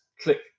click